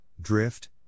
drift